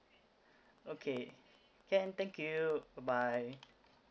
okay can thank you bye bye